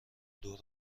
دور